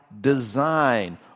design